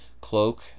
cloak